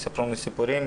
יספרו לי סיפורים,